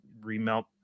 remelt